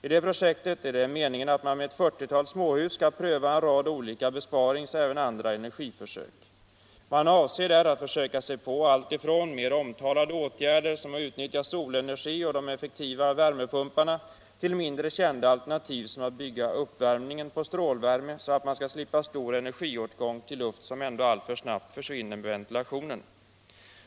I detta projekt är det meningen att man med ett fyrtiotal småhus skall göra en rad olika besparingsoch andra energiförsök. Man avser där att försöka sig på allt, ifrån mer omtalade åtgärder som att utnyttja solenergin och de effektiva värmepumparna till mindre kända alternativ som att bygga uppvärmningen på strålvärme, så att man skall slippa stor energiåtgång till luft som ändå alltför snabbt försvinner med ventilationen.